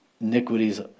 iniquities